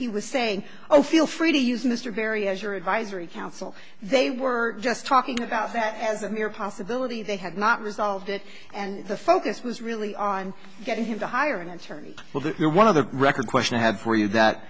he was saying i feel free to use mr barry as your advisory council they were just talking about that as a mere possibility they had not resolved it and the focus was really on getting him to hire an attorney well that you're one of the record question i have for you that